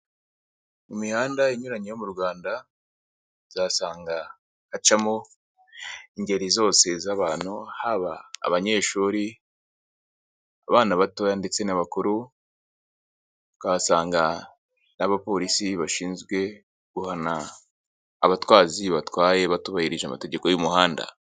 Mu mihanda inyuranye yo mu Rwanda uzahasanga hacamo ingeri zose z'abantu, haba abanyeshuri, abana batoya ndetse n'abakuru, ukahasanga n'abapolisi bashinzwe guhana abatwazi batwaye batubahirije amategeko y'umuhanda.